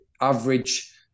average